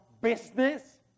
business